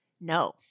No